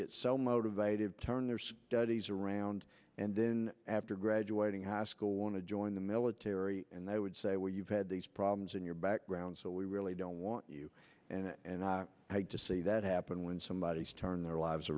get so motivated to turn their studies around and then after graduating high school want to join the military and they would say well you've had these problems in your background so we really don't want you and i hate to see that happen when somebody has turned their lives